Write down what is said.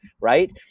right